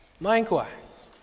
Likewise